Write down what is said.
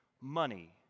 money